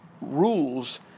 rules